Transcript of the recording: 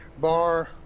bar